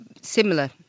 similar